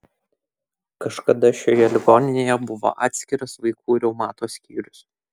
kažkada šioje ligoninėje buvo atskiras vaikų reumato skyrius